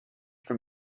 from